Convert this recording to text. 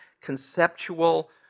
conceptual